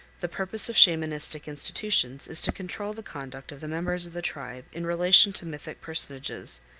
the purpose of shamanistic institutions is to control the conduct of the members of the tribe in relation to mythic personages,